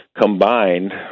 combined